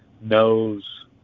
knows